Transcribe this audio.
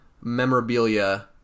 memorabilia